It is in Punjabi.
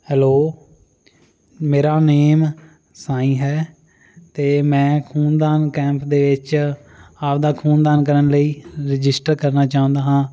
ਹੈਲੋ ਮੇਰਾ ਨੇਮ ਸਾਈਂ ਹੈ ਅਤੇ ਮੈਂ ਖੂਨਦਾਨ ਕੈਂਪ ਦੇ ਵਿੱਚ ਆਪਦਾ ਖੂਨ ਦਾਨ ਕਰਨ ਲਈ ਰਜਿਸਟਰ ਕਰਨਾ ਚਾਹੁੰਦਾ ਹਾਂ